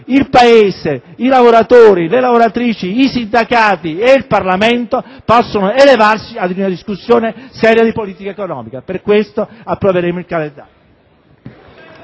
il Paese, i lavoratori, le lavoratrici, i sindacati e il Parlamento possano elevarsi a una discussione seria di politica economica. Per questo approveremo il calendario.